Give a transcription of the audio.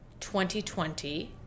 2020